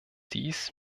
dies